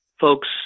folks